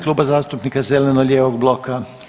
Kluba zastupnika zeleno-lijevog bloka.